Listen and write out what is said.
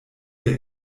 der